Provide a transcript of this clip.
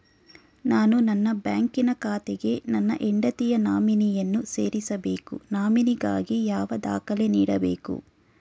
ನಾನು ನನ್ನ ಬ್ಯಾಂಕಿನ ಖಾತೆಗೆ ನನ್ನ ಹೆಂಡತಿಯ ನಾಮಿನಿಯನ್ನು ಸೇರಿಸಬೇಕು ನಾಮಿನಿಗಾಗಿ ಯಾವ ದಾಖಲೆ ನೀಡಬೇಕು?